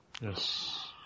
Yes